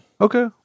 Okay